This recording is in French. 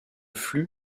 flux